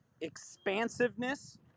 Expansiveness